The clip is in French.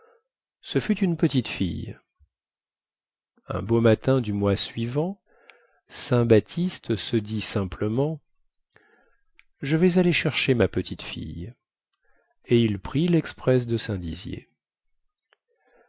ce fut une petite fille un beau matin du mois suivant saint baptiste se dit simplement je vais aller chercher ma petite fille et il prit lexpress de saint dizier